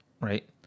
right